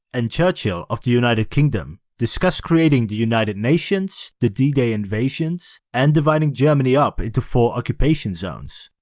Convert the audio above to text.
and churchill of the united kingdom discussed creating the united nations, the d-day d-day invasion, and dividing germany up into four occupation zones.